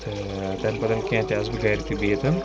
تہٕ تَمہِ پَتن کیٚنٛہہ تہِ آسہٕ بہٕ گَرِ تہِ بِہِتھ